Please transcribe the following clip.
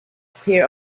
pair